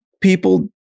people